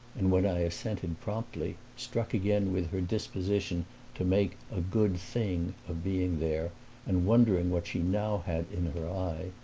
and when i assented, promptly, struck again with her disposition to make a good thing of being there and wondering what she now had in her eye,